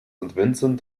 vincent